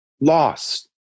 lost